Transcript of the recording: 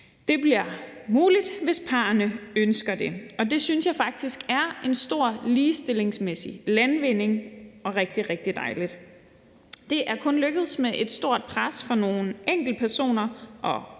Det bliver muligt, hvis parrene ønsker det, og det synes jeg faktisk er en stor ligestillingsmæssig landvinding og rigtig, rigtig dejligt. Det er kun lykkedes med et stort pres fra nogle enkeltpersoner og grupper,